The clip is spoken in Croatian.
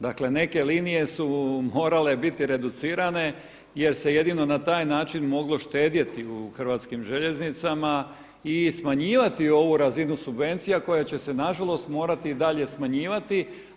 Dakle, neke linije su morale biti reducirane jer se jedino na taj način moglo štedjeti u Hrvatskim željeznicama i smanjivati ovu razinu subvencija koja će se na žalost morati i dalje smanjivati.